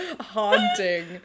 Haunting